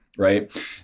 Right